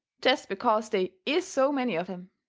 jest because they is so many of em.